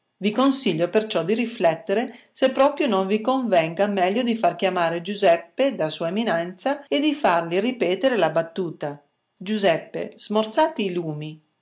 i consiglio perciò di riflettere se proprio non vi convenga meglio di far chiamare giuseppe da sua eminenza e di fargli ripetere la battuta giuseppe smorzate i lumi